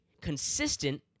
consistent